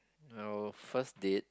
our first date